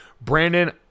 Brandon